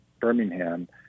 Birmingham